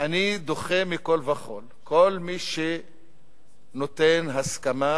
ואני דוחה מכול וכול כל מי שנותן הסכמה,